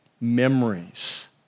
memories